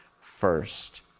first